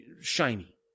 shiny